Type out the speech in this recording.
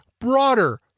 broader